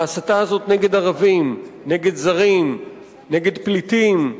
ההסתה הזאת נגד ערבים, נגד זרים, נגד פליטים,